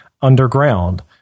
underground